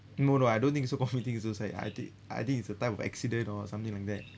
no no I don't think it's committing suicide I think I think it's a type of accident or something like that